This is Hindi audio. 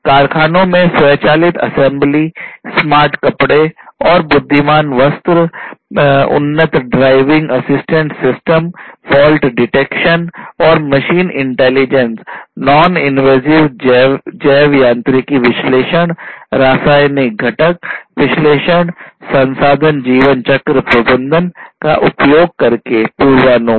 कारखानों में स्वचालित असेंबली संसाधन जीवन चक्र प्रबंधन का उपयोग करके पूर्वानुमान